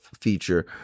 feature